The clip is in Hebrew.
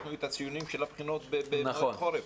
שיתנו את הציונים בבגרויות המתקרבות.